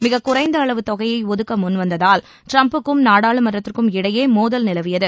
மிக குறைந்த அளவு தொகையை ஒதுக்க முன்வந்ததால் டிரம்புக்கும் நாடாளுமன்றத்திற்கும் இடையே மோதல் நிலவியது